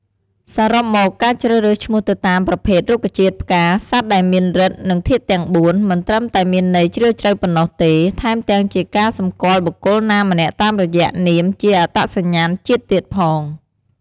សរុបមក ការជ្រើសរើសឈ្មោះទៅតាម ប្រភេទ រុក្ខជាតិ ផ្កា សត្វដែលមានឬទ្ធិ និងធាតុទាំងបួន មិនត្រឹមតែមានន័យជ្រាលជ្រៅប៉ុណ្ណោះទេ ថែមទាំងជាការសម្គាល់បុគ្គលណាម្នាក់តាមរយៈនាមជាអត្តសញ្ញាតិជាតិទៀតផង។